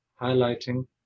highlighting